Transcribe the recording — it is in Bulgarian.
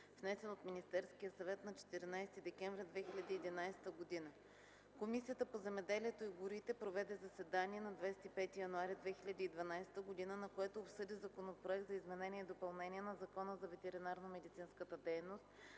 внесен от Министерския съвет на 14 декември 2011 г. Комисията по земеделието и горите проведе заседание на 25 януари 2012 г., на което обсъди Законопроект за изменение и допълнение на Закона за ветеринарномедицинската дейност,